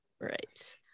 Right